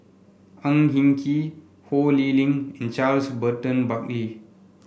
Ang Hin Kee Ho Lee Ling and Charles Burton Buckley